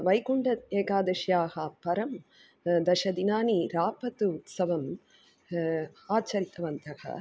वैकुण्ठएकादश्यां परं दशदिनानि रापतोत्सवम् आचरितवन्तः